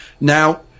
Now